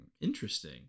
Interesting